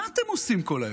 מה אתם עושים כל היום?